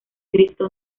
cristo